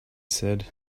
said